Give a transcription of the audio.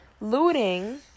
looting